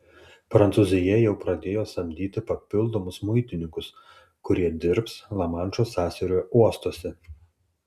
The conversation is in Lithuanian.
prancūzija jau pradėjo samdyti papildomus muitininkus kurie dirbs lamanšo sąsiaurio uostuose